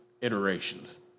iterations